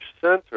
center